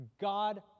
God